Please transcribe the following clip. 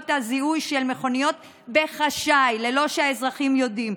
הזיהוי של מכוניות בלי שהאזרחים יודעים.